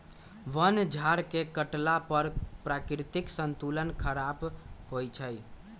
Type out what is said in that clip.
वन झार के काटला पर प्राकृतिक संतुलन ख़राप होइ छइ